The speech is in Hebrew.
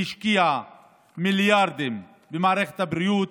והיא השקיעה מיליארדים במערכת הבריאות.